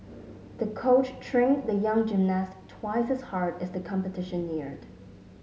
the coach trained the young gymnast twice as hard as the competition neared